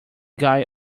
guy